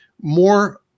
more